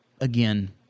again